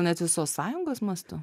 net visos sąjungos mastu